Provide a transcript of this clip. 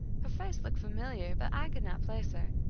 her face looked familiar, but i could not place her.